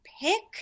pick